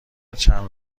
چند